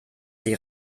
sie